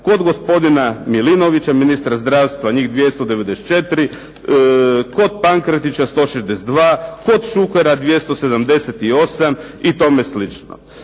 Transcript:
Kod gospodina MIlinovića ministra zdravstva njih 294, kod Pankretića 162, kod Šukera 278, i tome slično.